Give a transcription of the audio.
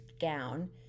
gown